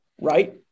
right